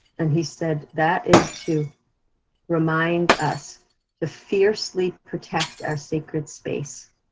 and he said that is to remind us to fiercely protect our sacred space.